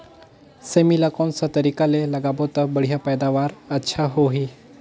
सेमी ला कोन सा तरीका ले लगाबो ता बढ़िया पैदावार अच्छा होही?